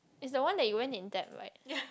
it's the one that you went in debt [right]